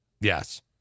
Yes